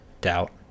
doubt